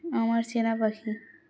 আমার চেনা পাখি